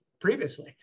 previously